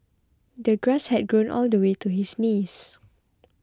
the grass had grown all the way to his knees